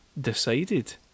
decided